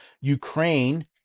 Ukraine